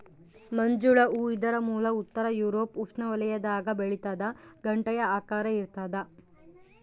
ಮಂಜುಳ ಹೂ ಇದರ ಮೂಲ ಉತ್ತರ ಯೂರೋಪ್ ಉಷ್ಣವಲಯದಾಗ ಬೆಳಿತಾದ ಗಂಟೆಯ ಆಕಾರ ಇರ್ತಾದ